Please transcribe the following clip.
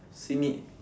see me